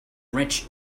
wrench